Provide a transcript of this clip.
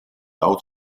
out